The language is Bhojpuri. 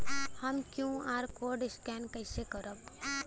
हम क्यू.आर कोड स्कैन कइसे करब?